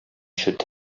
should